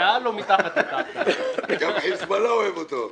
שמענו שגם החזבאללה אוהב אותו.